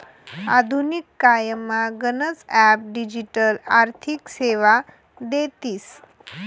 आधुनिक कायमा गनच ॲप डिजिटल आर्थिक सेवा देतीस